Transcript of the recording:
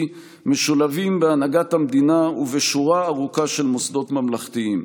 משולבים בהנהגת המדינה ובשורה ארוכה של מוסדות ממלכתיים.